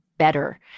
better